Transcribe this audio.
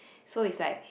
so it's like